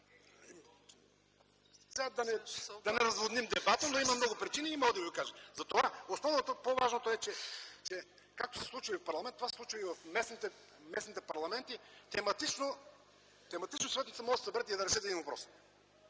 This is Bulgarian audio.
Да не разводним дебата, но има много причини и мога да Ви ги кажа. Основното, по-важното е, че както се случва в парламента, това се случва и в местните парламенти – тематично съветите могат да се съберат и да решат един въпрос